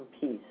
peace